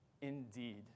indeed